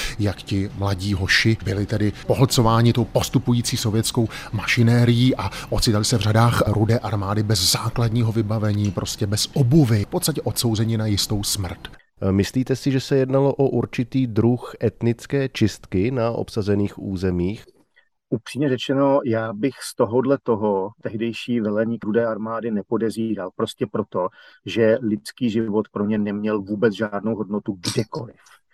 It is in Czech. Jak ti mladí hoši byli tedy pohlcováni tou postupující sovětskou mašinérií a ocitali se v řadách Rudé armády bez základního vybavení, prostě bez obuvi, v podstatě odsouzeni na jistou smrt. E, myslíte si, že se jednalo o určitý druh etnické čistky na obsazených územích? Upřímně řečeno, já bych z tohodle toho tehdejší velení k- Rudé armády nepodezíral, prostě proto, že lidský život pro ně neměl vůbec žádnou hodnotu kdekoliv.